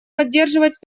поддерживать